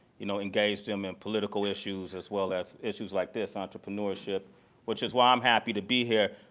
you know, engage them in political issues as well as issues like this, entrepreneurship which is why i'm happy to be here.